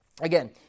Again